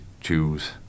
choose